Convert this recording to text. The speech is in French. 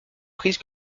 prise